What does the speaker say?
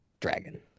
dragon